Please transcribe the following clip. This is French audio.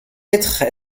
être